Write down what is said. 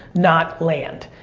not land.